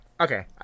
Okay